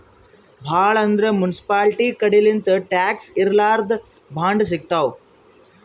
ಭಾಳ್ ಅಂದ್ರ ಮುನ್ಸಿಪಾಲ್ಟಿ ಕಡಿಲಿಂತ್ ಟ್ಯಾಕ್ಸ್ ಇರ್ಲಾರ್ದ್ ಬಾಂಡ್ ಸಿಗ್ತಾವ್